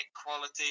equality